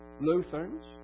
Lutherans